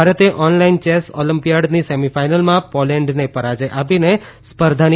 ભારતે online chess ઓલેમ્પીયાડની semi ફાઇનલમાં પોલેન્ડને પરાજય આપીને સ્પર્ધાની